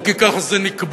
או "כי ככה זה נקבע".